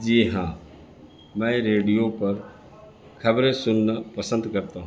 جی ہاں میں ریڈیو پر خبریں سننا پسند کرتا ہوں